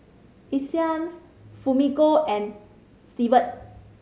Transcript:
Isaiah Fumiko and Severt